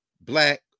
Black